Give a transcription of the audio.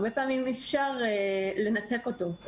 ברוב הפעמים אי אפשר לנתק אותו,